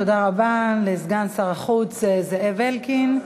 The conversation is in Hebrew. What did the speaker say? תודה רבה לסגן שר החוץ זאב אלקין.